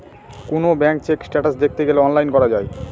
কোনো bank check status দেখতে গেলে অনলাইনে করা যায়